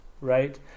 right